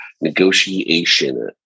Negotiation